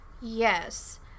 Yes